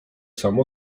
samo